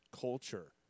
culture